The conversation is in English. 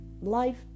life